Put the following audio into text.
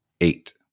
Eight